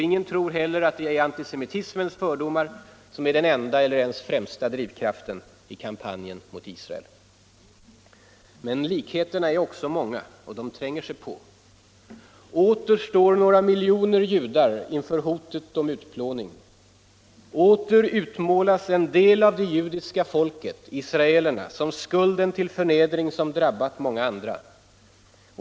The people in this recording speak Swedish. Ingen tror heller att det är antisemitismens fördomar som är den enda eller ens den främsta drivkraften i kampanjen mot Israel. Men likheterna är också många, och de tränger sig på. Åter står några miljoner judar inför hotet om utplåning. Åter utmålas en del av det judiska folket, israelerna, som skulden till förnedring som drabbat många andra.